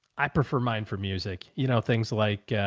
i prefer mine for music. you know, things like, ah,